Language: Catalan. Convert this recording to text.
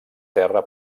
terra